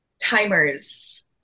Timers